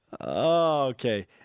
Okay